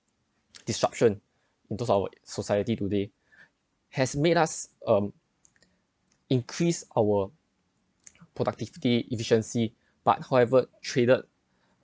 disruption into our society today has made us um increase our productivity efficiency but however traded